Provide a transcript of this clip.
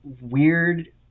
Weird